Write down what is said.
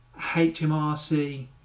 HMRC